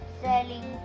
selling